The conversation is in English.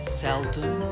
seldom